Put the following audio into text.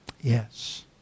Yes